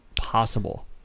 possible